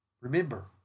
Remember